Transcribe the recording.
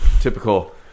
typical